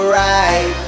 right